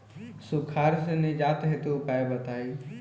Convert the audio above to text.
सुखार से निजात हेतु उपाय बताई?